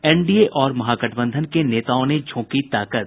NDA और महागठबंधन के नेताओं ने झोंकी ताकत